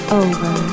over